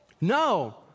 No